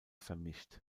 vermischt